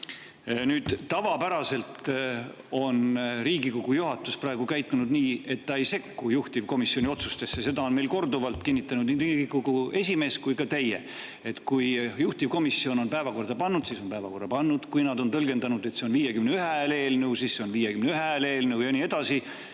Tavapäraselt on Riigikogu juhatus käitunud nii, et ta ei sekku juhtivkomisjoni otsustesse. Seda on korduvalt kinnitanud nii Riigikogu esimees kui ka teie. Kui juhtivkomisjon on päevakorda pannud, siis ta on päevakorda pannud, kui nad on tõlgendanud, et see on [vähemalt] 51 hääle eelnõu, siis see on 51 hääle eelnõu, ja nii edasi.